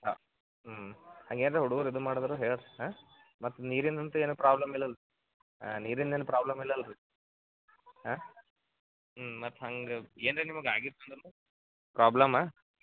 ಹಾಂ ಹ್ಞೂ ಹಂಗೇನು ರೀ ಹುಡುಗ್ರ ಇದು ಮಾಡಿದ್ರೂ ಹೇಳಿರಿ ಹಾಂ ಮತ್ತು ನೀರಿಂದು ಅಂತೂ ಏನು ಪ್ರಾಬ್ಲಮ್ ಇಲ್ಲಲ್ಲ ಹಾಂ ನೀರಿಂದೇನು ಪ್ರಾಬ್ಲಮ್ ಇಲ್ಲಲ್ಲ ರೀ ಹಾಂ ಹ್ಞೂ ಮತ್ತು ಹಂಗೆ ಏನು ರಿ ನಿಮ್ಗೆ ಆಗಿತ್ತಂದ್ರೆನೂ ಪ್ರಾಬ್ಲಮ